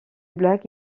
blagues